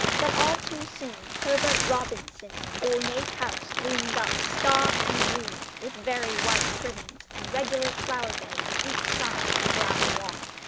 but all too soon herbert robinson's ornate house loomed up, stark and green, with very white trimmings, and regular flower-beds each side of the gravel walk.